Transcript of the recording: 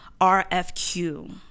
RFQ